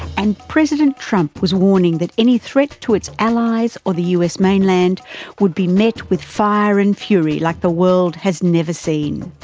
and president trump was warning that any threat to its allies or the us mainland would be met with fire and fury like the world has never seen.